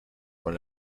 con